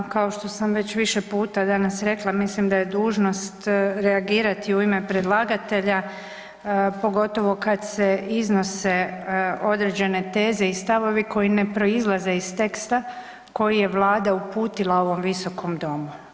Kao što sam već više puta danas rekla mislim da je dužnost reagirati u ime predlagatelja pogotovo kad se iznose određene teze i stavovi koji ne proizlaze iz teksta koji je Vlada uputila ovom Visokom domu.